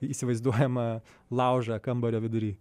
įsivaizduojamą laužą kambario vidury